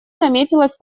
наметилась